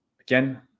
again